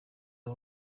ubu